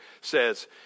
says